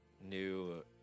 new